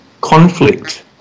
Conflict